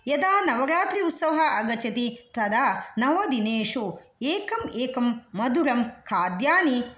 यदा नवरात्रि उत्सवः आगच्छति तदा नवदिनेषु एकम् एकं मधुरं खाद्यानि